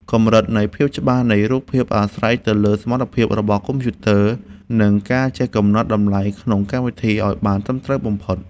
កម្រិតនៃភាពច្បាស់នៃរូបភាពអាស្រ័យទៅលើសមត្ថភាពរបស់កុំព្យូទ័រ និង ការចេះកំណត់តម្លៃក្នុងកម្មវិធីឱ្យបានត្រឹមត្រូវបំផុត។